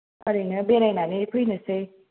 ओरैनो बेरायनानै फैनोसै